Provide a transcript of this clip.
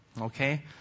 Okay